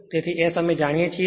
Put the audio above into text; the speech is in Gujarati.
તેથી S અમે જાણીએ છીએ